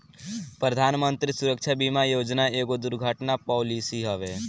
प्रधानमंत्री सुरक्षा बीमा योजना एगो दुर्घटना पॉलिसी हवे